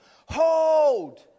Hold